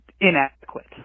inadequate